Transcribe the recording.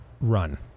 run